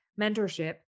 mentorship